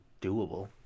doable